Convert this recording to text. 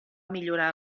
millorar